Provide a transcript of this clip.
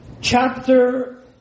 chapter